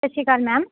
ਸਤਿ ਸ਼੍ਰੀ ਅਕਾਲ ਮੈਮ